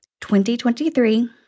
2023